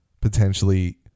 potentially